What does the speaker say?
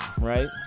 right